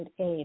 aid